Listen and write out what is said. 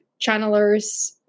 channelers